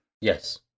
Yes